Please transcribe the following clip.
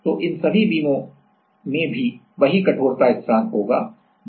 तो इन सभी बीमों EFGH में भी वही कठोरता स्थिरांक होगी जो कि K है